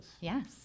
Yes